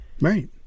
right